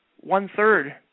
one-third